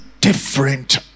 different